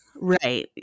Right